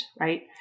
right